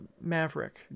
maverick